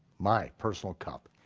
my personal cup,